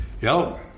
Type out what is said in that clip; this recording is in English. Yo